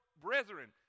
brethren